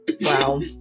wow